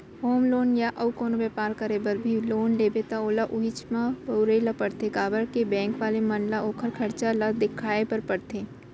home loan या अउ कोनो बेपार करे बर भी लोन लेबे त ओला उहींच म बउरे ल परथे काबर के बेंक वाले मन ल ओखर खरचा ल देखाय बर परथे